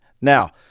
Now